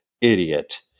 idiot